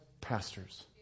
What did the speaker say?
pastors